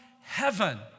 heaven